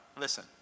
listen